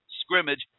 scrimmage